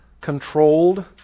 controlled